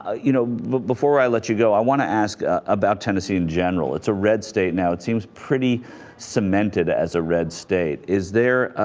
ah you know well before i let you go i want to ask ah. about tennis in general it's a red state now it seems pretty cemented as a red state is their ah.